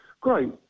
great